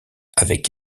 avec